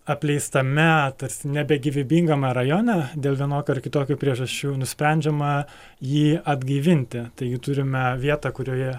apleistame tarsi nebegyvybingame rajone dėl vienokių ar kitokių priežasčių nusprendžiama jį atgaivinti taigi turime vietą kurioje